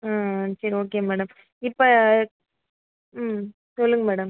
ம் சரி okay madam இப்போ ம் சொல்லுங்கள் மேடம்